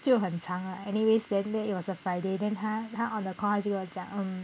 就很长啊 anyways then then it was a friday then 他他 on the call 就要讲 um